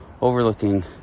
overlooking